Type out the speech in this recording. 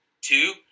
Two